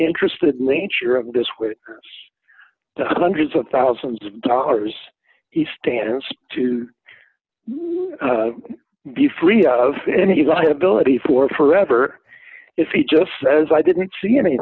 interested nature of this with d hundreds of thousands of dollars he stands to be free of any liability for forever if he just says i didn't see any